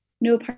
no